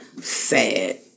Sad